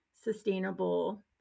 sustainable